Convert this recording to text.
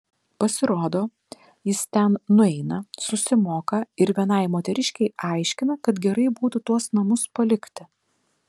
pasirodo jis ten nueina susimoka ir vienai moteriškei aiškina kad gerai būtų tuos namus palikti